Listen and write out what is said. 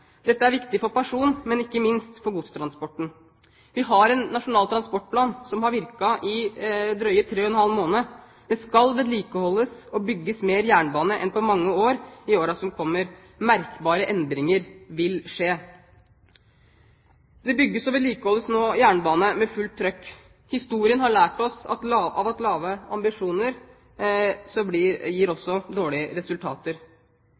Dette er viktig for persontransporten, men ikke minst for godstransporten. Vi har en nasjonal transportplan som har virket i drøye tre og en halv måned. Det skal vedlikeholdes og bygges mer jernbane enn på mange år i årene som kommer. Merkbare endringer vil skje. Det bygges og vedlikeholdes nå jernbane med fullt trykk. Historien har lært oss at